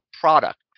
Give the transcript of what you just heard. product